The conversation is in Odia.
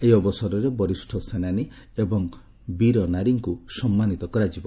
ଏହି ଅବସରରେ ବରିଷ୍ଠ ସେନାନୀ ଏବଂ ବୀରା ନାରୀଙ୍କୁ ସମ୍ମାନିତ କରାଯିବ